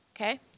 Okay